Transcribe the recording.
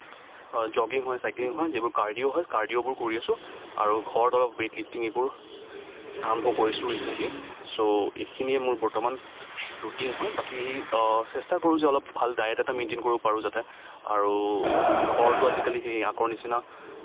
jogging হয় cycling হয় যিবোৰ কাৰ্ডিয়' হয় কাৰ্ডিয়'বোৰ কৰি আছোঁ আৰু ঘৰত অলপ ৱেইটলিফ্টিং এইবোৰ আৰম্ভ কৰিছোঁ ৰিচেণ্টলি ছ' এইখিনিয়েই মোৰ বৰ্তমান ৰুটিন হয় বাকী চেষ্টা কৰোঁ যে অলপ ভাল ডায়েট এটা মেইনটেইন কৰিব পাৰোঁ যাতে আৰু ঘৰতো আজিকালি সেই আগৰ নিচিনা